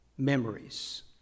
Memories